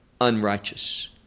unrighteous